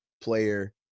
player